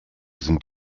sind